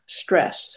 stress